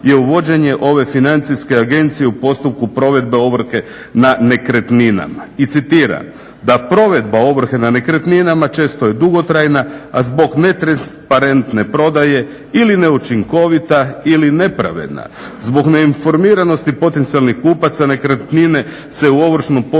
uvođenje ove financijske agencije u postupku provedbe ovrhe na nekretninama i citiram da provedba ovrhe na nekretninama često je dugotrajna, a zbog netransparentne prodaje ili neučinkovita ili nepravedna zbog neinformiranosti potencijalnih kupaca nekretnine se u ovršnom postupku